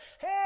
Hey